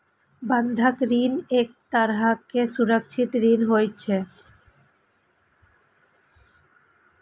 बंधक ऋण एक तरहक सुरक्षित ऋण होइ छै